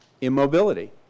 immobility